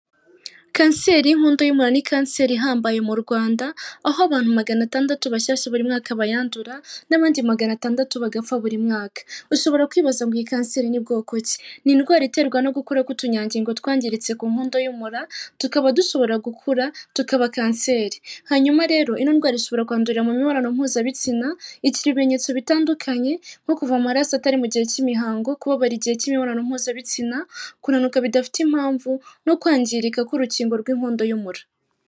Kanseri y'inkondo y'umun ni kanseri ihambaye mu Rwanda ,aho abantu magana atandatu bashyashya buri mwaka bayandura n'abandi magana atandatu bagapfa buri mwaka, ushobora kwibaza mu kanseri y'inbwoko ki? Ni indwara iterwa no gukura k'utunyangingo twangiritse ku nkondo y'umura tukaba dushobora gukura tukaba kanseri, hanyuma rero indwara ishobora kwandurira mu mibonano mpuzabitsina, igira ibimenyetso bitandukanye nko kuva amaraso atari mu gihe cy'imihango, kubabara igihe cy'imibonano mpuzabitsina, kunanuka bidafite impamvu no kwangirika k'urugingo rw'inkondo y'umura.